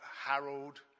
Harold